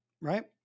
right